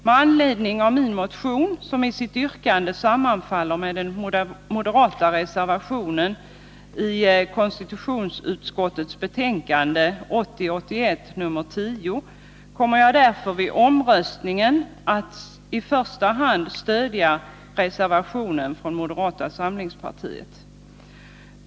Med anledning av min motion, som i sitt yrkande sammanfaller med den moderata reservationen i konstitutionsutskottets betänkande nr 10, kommer jag vid omröstningen att i första hand stödja reservationen från moderata samlingspartiet.